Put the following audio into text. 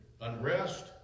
unrest